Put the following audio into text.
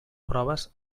proves